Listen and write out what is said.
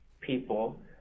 people